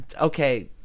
Okay